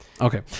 Okay